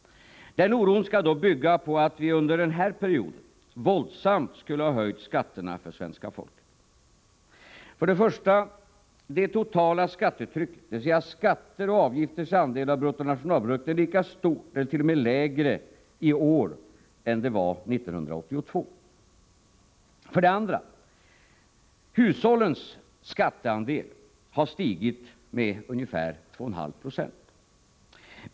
Den oron skall då bygga på att vi under denna period våldsamt skulle ha höjt skatterna för svenska folket. För det första: Det totala skattetrycket, dvs. skatters och avgifters andel av bruttonationalprodukten, är lika stort eller t.o.m. lägre i år än det var 1982. För det andra: Hushållens skatteandel har stigit med ungefär 2,5 26.